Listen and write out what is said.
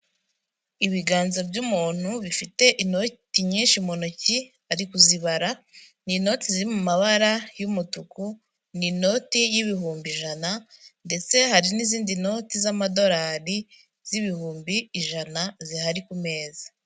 Ibiganza by'umuntu bifite inoti nyinshi mu ntoki, ari kuzibara ni inoti ziri mu mabara y'umutuku, ni ininoti y'ibihumbi ijana ndetse hari n'izindi noti z'amadolari z'ibihumbi ijana zihari ku meza.